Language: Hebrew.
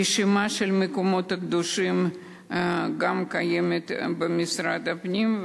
הרשימה של המקומות הקדושים גם קיימת במשרד הפנים.